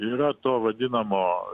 yra to vadinamo